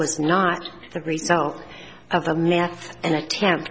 was not the result of the math an attempt